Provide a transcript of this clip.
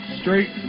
straight